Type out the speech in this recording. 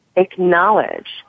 Acknowledge